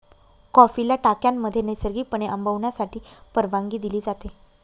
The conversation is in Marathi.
कॉफीला टाक्यांमध्ये नैसर्गिकपणे आंबवण्यासाठी परवानगी दिली जाते